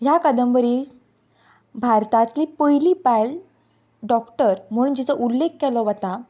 ह्या कादंबरीन भारतांतली पयली बायल डॉक्टर म्हुणून जिचो उल्लेख केलो वता